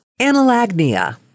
analagnia